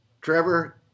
Trevor